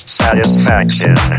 satisfaction